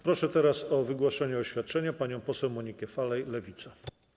Proszę teraz o wygłoszenie oświadczenia panią poseł Monikę Falej, Lewica.